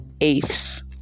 eighths